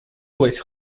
always